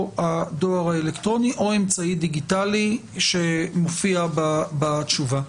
הדואר האלקטרוני או אמצעי דיגיטלי שמופיע בתשובה.